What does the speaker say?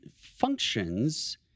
functions